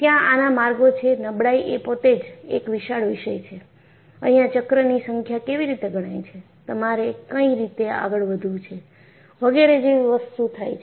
ત્યાં આના માર્ગો છે નબળાઈ એ પોતે જ એક વિશાળ વિષય છે અહિયાં ચક્ર ની સંખ્યા કેવી રીતે ગણાય છે તમારે કઈ રીતે આગળ વધવું છે વગેરે જેવી વસ્તુ થાય છે